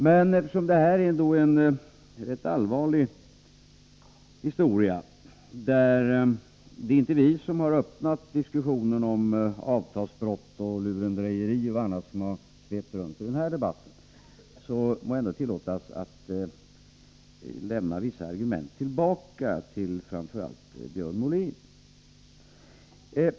Men eftersom det här ändå är en rätt allvarlig historia, där det inte är vi som har inlett diskussionen om avtalsbrott och lurendrejeri och annat som har svept runt i den här debatten, må det tillåtas mig att lämna vissa argument tillbaka till framför allt Björn Molin.